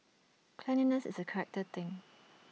cleanliness is A character thing